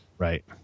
right